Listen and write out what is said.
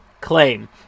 claim